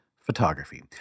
photography